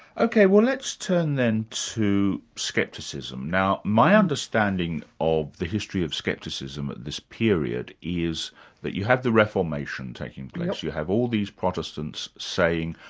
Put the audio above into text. ok, well let's turn then to scepticism. now my understanding of the history of scepticism at this period is that you have the reformation taking place, you have all these protestants saying,